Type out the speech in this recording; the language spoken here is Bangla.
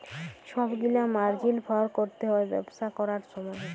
ছব গিলা মার্জিল ফল ক্যরতে হ্যয় ব্যবসা ক্যরার সময়